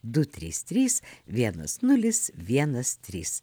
du trys trys vienas nulis vienas trys